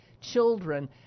children